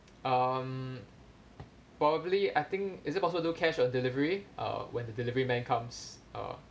um probably I think is it possible to cash on delivery err when the delivery man comes or